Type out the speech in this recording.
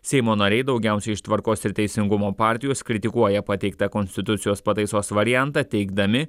seimo nariai daugiausiai iš tvarkos ir teisingumo partijos kritikuoja pateiktą konstitucijos pataisos variantą teigdami